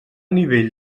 nivell